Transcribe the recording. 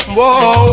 Whoa